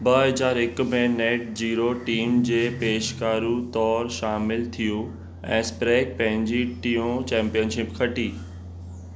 ॿ हज़ार हिक में नेट जीरो टीम जे पेशकारु तौर शामिलु थियो ऐं स्प्रेग पंहिंजी टियों चैंपियनशिप खटी